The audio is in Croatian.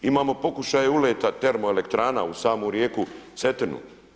Imamo pokušaje uleta termo elektrana uz samu rijeku Cetinu.